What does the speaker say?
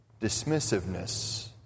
dismissiveness